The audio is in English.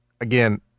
Again